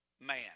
man